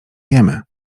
wiemy